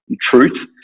truth